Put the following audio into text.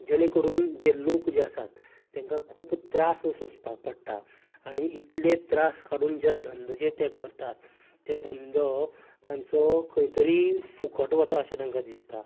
जेणे करून जे लोक आसात तेंकां खूब त्रास सोंसपाक पडटा आनी इतलें त्रास काडून जे धंदो जे ते करतात ते धंदो तांचो खंय तरी फुकट वता अशें तांकां दिसता